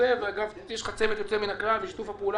יש לך צוות יוצא מן הכלל ושיתוף הפעולה